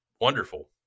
wonderful